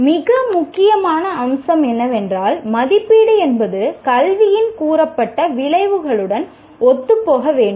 மிக முக்கியமான அம்சம் என்னவென்றால் மதிப்பீடு என்பது கல்வியின் கூறப்பட்ட விளைவுகளுடன் ஒத்துப்போக வேண்டும்